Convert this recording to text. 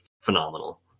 phenomenal